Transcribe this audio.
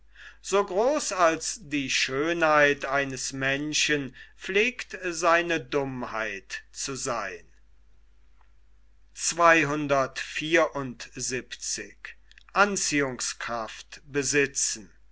so groß als die schönheit eines menschen pflegt seine dummheit zu seyn